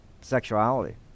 sexuality